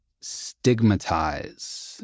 stigmatize